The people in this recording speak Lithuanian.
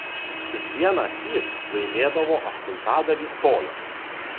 kiekvienąsyk laimėdavo aštuntadalį colio